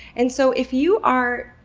and so if you are,